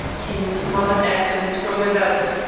came in smothered accents from without.